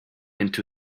into